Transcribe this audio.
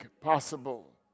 possible